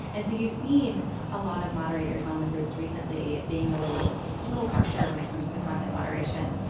and so you've seen a lot of moderators on the groups recently being a little little harsher when it comes to content moderation,